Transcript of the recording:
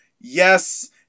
Yes